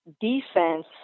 defense